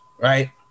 right